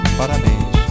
parabéns